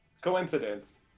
Coincidence